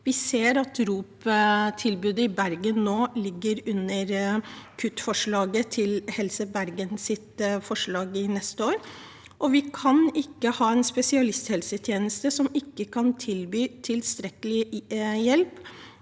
Vi ser at ROP-tilbudet i Bergen nå er blant kuttforslagene til Helse Bergen neste år. Vi kan ikke ha en spesialisthelsetjeneste som ikke kan tilby tilstrekkelig hjelp